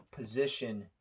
position